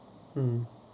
mm